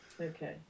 Okay